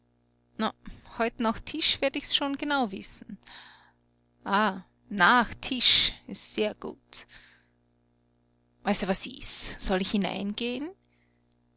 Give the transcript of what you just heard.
heut nach tisch werd ich's schon genau wissen ah nach tisch ist sehr gut also was ist soll ich hineingeh'n